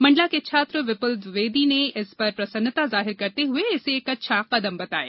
मण्डला के छात्र विपुल द्विवेदी ने इस पर प्रसन्नता जाहिर करते हुए इसे एक अच्छा कदम बताया